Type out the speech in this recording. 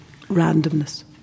randomness